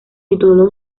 tituló